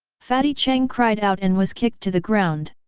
fatty cheng cried out and was kicked to the ground.